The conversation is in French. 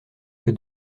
que